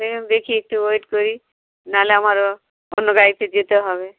সেরম দেখি একটু ওয়েট করি নাহলে আমারও অন্য গাড়িতে যেতে হবে